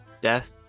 Death